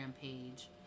page